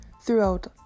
throughout